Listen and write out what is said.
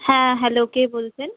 হ্যাঁ হ্যালো কে বলছেন